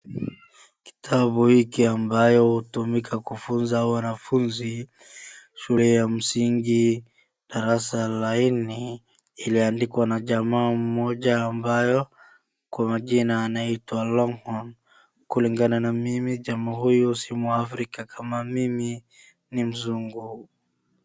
Kitabu hiki ambayo hutumika kufunza wanafunzi shule ya msingi darasa la nne liliandikwa na jamaa mmoja kwa jina anaitwa Longhorn. Kulingana na mimi jamaa huyo si muafrika kama mimi ni mzungu.